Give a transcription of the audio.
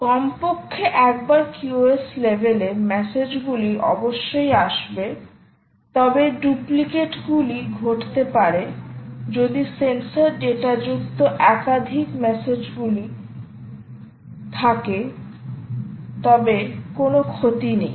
কমপক্ষে একবার QoS লেভেলে মেসেজ গুলি অবশ্যই আসবে তবে ডুপ্লিকেট গুলি ঘটতে পারে যদি সেন্সর ডেটাযুক্ত একাধিক মেসেজগুলি থাকে তবে সত্যিই কোনও ক্ষতি নেই